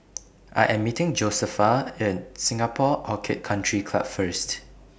I Am meeting Josefa At Singapore Orchid Country Club First